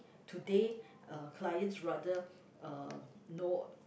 today uh clients rather uh know